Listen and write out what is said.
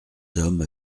hommes